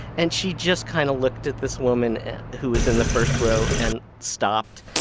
and she just kind of looked at this woman who is in the first row and stopped.